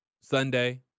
Sunday